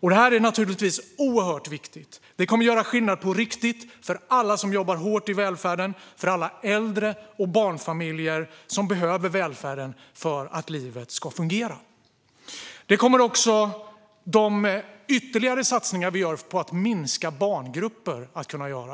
Det är naturligtvis oerhört viktigt. Det kommer att göra skillnad på riktigt för alla som jobbar hårt i välfärden och för alla äldre och barnfamiljer som behöver välfärden för att livet ska fungera. Detta kommer också de ytterligare satsningar vi gör på att minska barngrupper att göra.